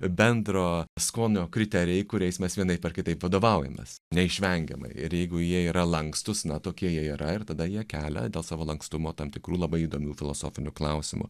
bendro skonio kriterijai kuriais mes vienaip ar kitaip vadovaujamės neišvengiamai ir jeigu jie yra lankstūs na tokie jie yra ir tada jie kelia dėl savo lankstumo tam tikrų labai įdomių filosofinių klausimų